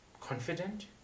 Confident